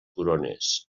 corones